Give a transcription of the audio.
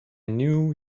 knew